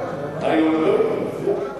אני לא יודע.